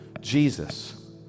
Jesus